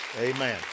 Amen